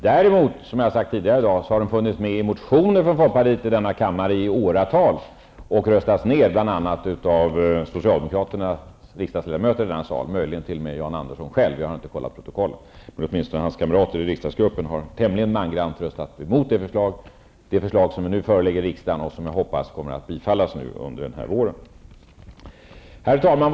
Däremot, som jag har sagt tidigare i dag, har det funnits med i motioner från folkpartister i denna kammare i åratal och röstats ned bl.a. av socialdemokraternas riksdagsledamöter, möjligen t.o.m. Jan Andersson själv, det har jag inte kontrollerat. Men hans kamrater i riksdagsgruppen har i alla fall tämligen mangrant röstat mot det förslag som nu föreligger i riksdagen och som jag hoppas kommer att bifallas under våren. Herr talman!